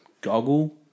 goggle